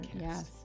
Yes